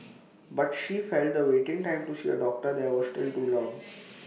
but she felt the waiting time to see A doctor there was still too long